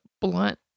blunt